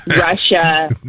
Russia